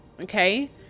okay